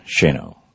Shano